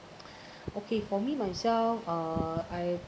okay for me myself uh I